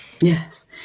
Yes